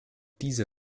diese